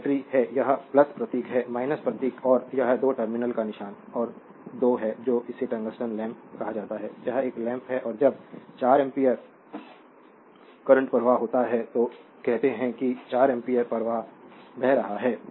एक बैटरी है यह प्रतीक है प्रतीक और यह 2 टर्मिनल्स का निशान 1 और 2 है और इसे टंगस्टन लैंप कहा जाता है यह एक लैंप है और जब 4 एम्पीयर करंट प्रवाहित होता है तो कहते हैं कि 4 एम्पीयर प्रवाह बह रहा है